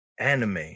Anime